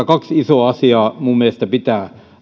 kaksi isoa asiaa minun mielestäni pitää